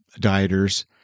dieters